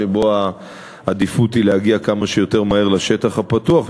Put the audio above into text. שבו העדיפות היא להגיע כמה שיותר מהר לשטח הפתוח.